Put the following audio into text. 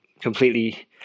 completely